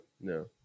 No